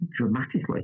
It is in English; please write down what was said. dramatically